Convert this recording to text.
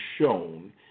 shown